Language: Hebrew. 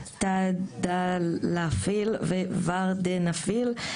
TADALAFIL ו-VARDENAFIL,